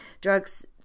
Drugs